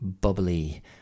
bubbly